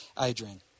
Adrian